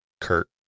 Kurt